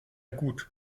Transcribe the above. gut